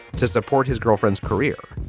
to support his girlfriend's career?